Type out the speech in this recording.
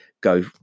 go